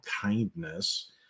kindness